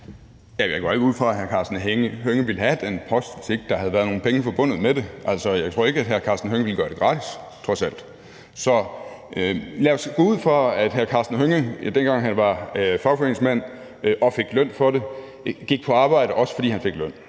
går ikke ud fra, at hr. Karsten Hønge ville have den post, hvis ikke der havde været nogen penge forbundet med det. Altså, jeg tror ikke, at hr. Karsten Hønge ville gøre det gratis, trods alt. Så lad os gå ud fra, at hr. Karsten Hønge, dengang han var fagforeningsmand og fik løn for det, gik på arbejde, også fordi han fik løn,